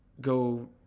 go